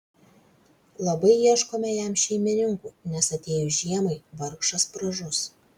labai ieškome jam šeimininkų nes atėjus žiemai vargšas pražus